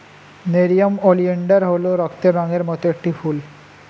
nerium oleander হল রক্তের রঙের মত একটি ফুল